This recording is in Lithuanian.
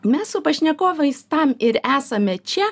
mes su pašnekovais tam ir esame čia